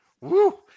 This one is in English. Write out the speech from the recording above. Woo